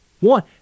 One